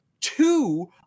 two